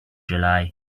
july